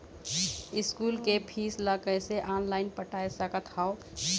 School के fees ला कैसे ऑनलाइन पटाए सकत हव?